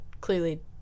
clearly